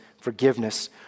forgiveness